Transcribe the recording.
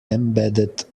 embedded